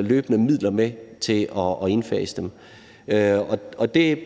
løbende følger midler med til at indfase dem.